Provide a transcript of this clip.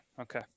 Okay